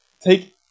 take